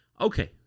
Okay